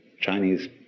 Chinese